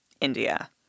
India